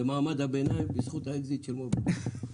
למעמד הביניים בזכות האקזיט של מובילאיי.